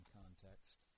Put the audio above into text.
context